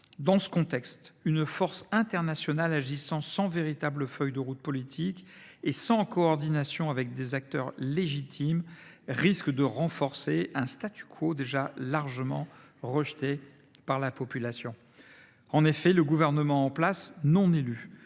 Dans ce contexte, une force internationale agissant sans véritable feuille de route politique ni coordination avec des acteurs légitimes risque de renforcer un déjà largement rejeté par la population. En effet, le gouvernement en place depuis